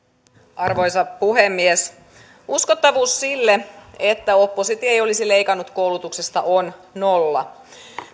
arvoisa puhemies uskottavuus sille että oppositio ei olisi leikannut koulutuksesta on nolla